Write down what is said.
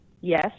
yes